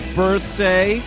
birthday